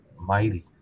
mighty